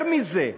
יותר מזה,